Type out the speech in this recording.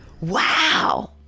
wow